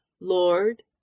Lord